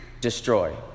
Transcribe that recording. destroy